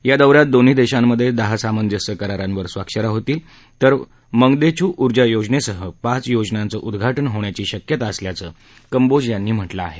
या दौ यात दोन्ही देशामध्ये दहा सामंजस्य करारांवर स्वाक्ष या होतील तर मंगदेछू उर्जा योजनेसह पाच योजनांचं उद्घाटन होण्याची शक्यता असल्याचं कम्बोज यांनी म्हटलं आहे